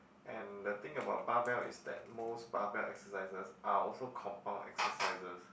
and the thing about bar bell is that most bar bell exercises are also compound exercises